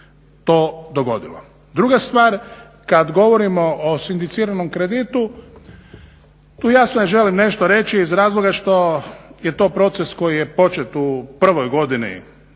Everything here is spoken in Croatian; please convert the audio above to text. to dogodilo. Druga stvar kada govorimo o sindiciranom kreditu tu jasno želim nešto reći iz razloga što je to proces koji je počet u prvoj godini krize,